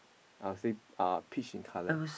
I'll say uh peach in colour